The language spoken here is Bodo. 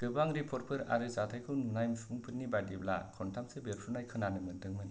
गोबां रिपर्टफोर आरो जाथायखौ नुनाय सुबुंफोरनि बायदिब्ला खन्थामसो बेफ्रुनाय खोनानो मोन्दोंमोन